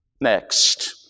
Next